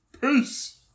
Peace